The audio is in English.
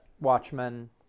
Watchmen—